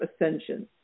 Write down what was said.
ascension